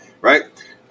Right